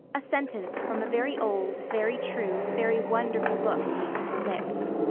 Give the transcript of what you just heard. a sentence from a very old, very true, very wonderful book came to her lips,